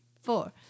four